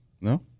No